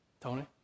Tony